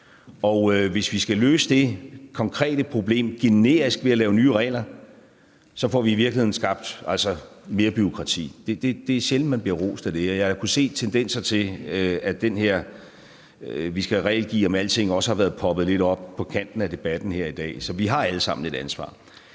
Hvis vi skal løse det konkrete problem generisk ved at lave nye regler, får vi i virkeligheden skabt mere bureaukrati. Det er sjældent, man bliver rost for det, og jeg har kunnet se tendenser til, at det her »vi skal give regler om alting« også er poppet lidt op i kanten af debatten her i dag. Så vi har alle sammen et ansvar.